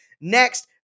Next